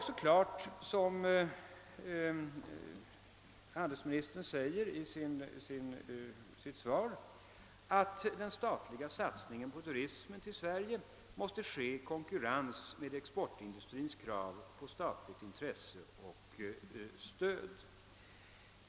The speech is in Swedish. Som handelsministern säger i sitt svar måste naturligtvis den statliga satsningen på turismen till Sverige göras i konkurrens med exportindustrins krav på statligt intresse och stöd.